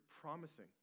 promising